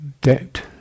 debt